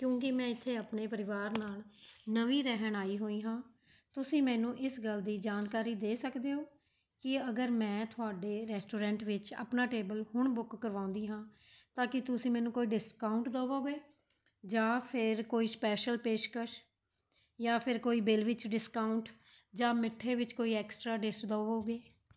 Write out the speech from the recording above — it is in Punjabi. ਕਿਉਂਕਿ ਮੈਂ ਇਥੇ ਆਪਣੇ ਪਰਿਵਾਰ ਨਾਲ਼ ਨਵੀਂ ਰਹਿਣ ਆਈ ਹੋਈ ਹਾਂ ਤੁਸੀਂ ਮੈਨੂੰ ਇਸ ਗੱਲ ਦੀ ਜਾਣਕਾਰੀ ਦੇ ਸਕਦੇ ਹੋ ਕਿ ਅਗਰ ਮੈਂ ਤੁਹਾਡੇ ਰੈਸਟੋਰੈਂਟ ਵਿੱਚ ਆਪਣਾ ਟੇਬਲ ਹੁਣ ਬੁੱਕ ਕਰਵਾਉਂਦੀ ਹਾਂ ਤਾਂ ਕੀ ਤੁਸੀਂ ਮੈਨੂੰ ਕੋਈ ਡਿਸਕਾਊਂਟ ਦਵੋਗੇ ਜਾਂ ਫਿਰ ਕੋਈ ਸਪੈਸ਼ਲ ਪੇਸ਼ਕਸ਼ ਜਾਂ ਫਿਰ ਕੋਈ ਬਿੱਲ ਵਿੱਚ ਡਿਸਕਾਊਂਟ ਜਾਂ ਮਿੱਠੇ ਵਿੱਚ ਕੋਈ ਐਕਸਟਰਾ ਡਿਸ਼ ਦਵੋਗੇ